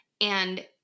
and-